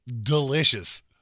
Delicious